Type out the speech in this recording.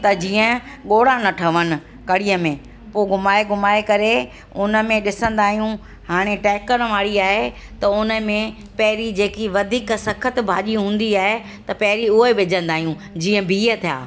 त जीअं गोड़ा न ठहनि कड़ीअ में पोइ घुमाए घुमाए करे हुन में ॾिसंदा आहियूं हाणे टहिकणु वारी आहे त हुन में पहिरियों जेकी वधीक सख़्तु भाॼी हूंदी आहे त पहिरियों उहे विझंदा आहियूं जीअं बीह थिया